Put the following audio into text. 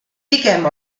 pigem